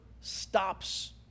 stops